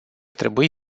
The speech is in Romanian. trebui